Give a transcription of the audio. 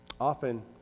Often